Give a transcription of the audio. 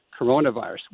coronavirus